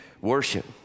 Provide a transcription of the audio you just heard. worship